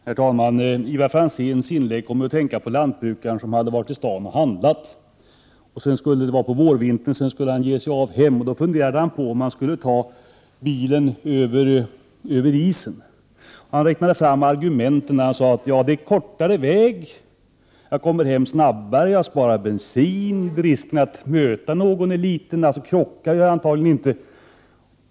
Herr taman! När jag hörde Ivar Franzéns inlägg kom jag att tänka på lantbrukaren som hade varit till staden och handlat. Det var på vårvintern. När han skulle bege sig hem funderade han på om han skulle ta bilen över isen. Han räknade upp argumenten för detta: Det var kortare väg, han skulle komma hem snabbare, han skulle spara bensin, risken att möta någon var liten, och alltså skulle han antagligen inte krocka.